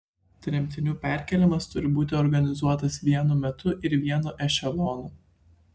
tremtinių perkėlimas turi būti organizuotas vienu metu ir vienu ešelonu